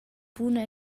buna